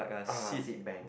ah seed bank